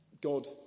god